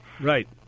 Right